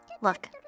Look